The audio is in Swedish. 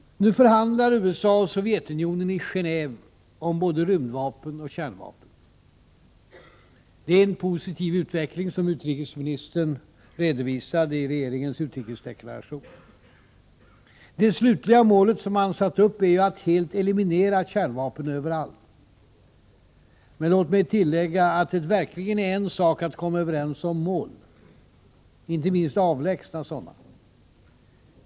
Nu förhandlar USA och Sovjetunionen i Genéve om både rymdvapen och kärnvapen. Det är en positiv utveckling, som utrikesministern redovisade i regeringens utrikesdeklaration. Det slutliga målet som man satt upp är ju att helt eliminera kärnvapen, överallt. Men låt mig tillägga att det verkligen är en sak att komma överens om mål, inte minst avlägsna sådana.